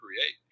create